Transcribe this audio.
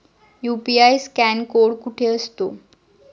UPI scan code कुठे असतो?